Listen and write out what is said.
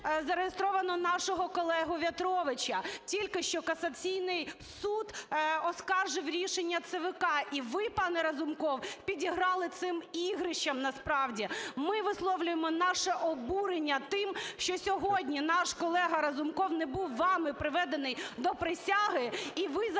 зареєстровано нашого колегу В'ятровича. Тільки що касаційний суд оскаржив рішення ЦВК. І ви, пане Разумков, підіграли цим ігрищам насправді. Ми висловлюємо наше обурення тим, що сьогодні наш колега Разумков не був вами приведений до присяги